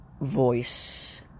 voice